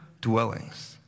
dwellings